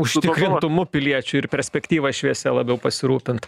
užtikrintumu piliečių ir perspektyva šviesia labiau pasirūpint